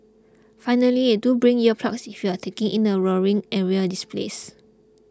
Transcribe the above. finally do bring ear plugs if you are taking in the roaring aerial displays